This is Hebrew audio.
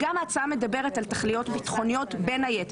ההצעה גם מדברת על תכליות ביטחוניות בין היתר.